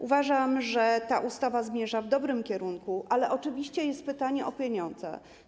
Uważam, że ta ustawa zmierza w dobrym kierunku, ale oczywiście jest pytanie o pieniądze.